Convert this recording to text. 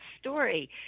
story